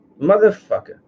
Motherfucker